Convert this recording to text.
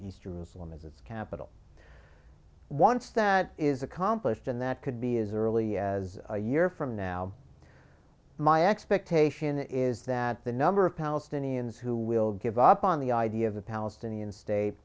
jerusalem as its capital once that is accomplished and that could be as early as a year from now my expectation is that the number of palestinians who will give up on the idea of a palestinian state